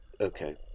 Okay